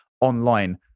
online